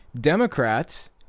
Democrats